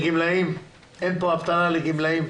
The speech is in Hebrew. לגמלאים, אין פה אבטלה לגמלאים.